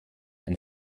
ein